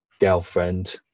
girlfriend